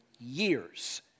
years